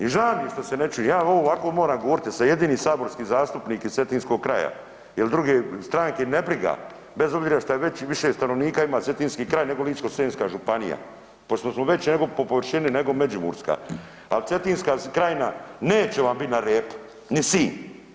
I ža mi je šta se ne čuje, ja ovo ovako moram govoriti jer sam jedini saborski zastupnik iz Cetinskog kraja jer druge stranke nebriga bez obzira šta više stanovnika ima cetinski kraj nego Ličko-senjska županija pošto smo veće nego po površini nego Međimurska, ali Cetinska krajina neće vam biti na repu, ni Sinj.